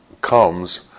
comes